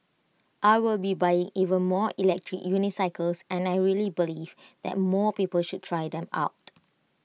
I will be buying even more electric unicycles and I really believe that more people should try them out